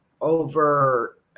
over